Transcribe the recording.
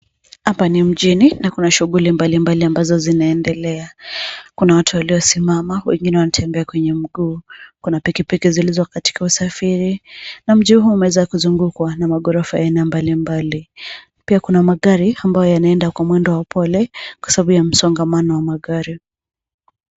Hapa ni mjini na kuna shughuli mbalimbali ambazo zinaendelea. Kuna watu waliosimama wengine wanatembea kwenye mguu. Kuna pikipiki zilizo katika usafiri na mji huu umeweza kuzungukwa na maghorofa ya aina mbalimbali. Pia kuna magari ambayo yanaenda kwa mwendo wa upole kwa sababu ya msongamano wa magari.